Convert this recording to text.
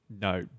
No